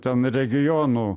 ten regionų